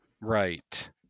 Right